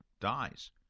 dies